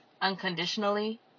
unconditionally